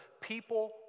People